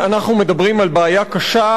כאובה וכואבת.